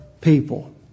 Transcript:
people